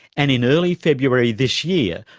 and in early february this year,